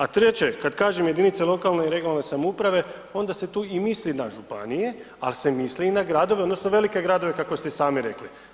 A treće, kad kažem jedinice lokalne i regionalne samouprave, onda se tu i misli na županije ali se misli i na gradove odnosno na velike gradove kako ste i sami rekli.